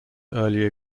early